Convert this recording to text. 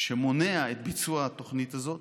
שמונע את ביצוע התוכנית הזו.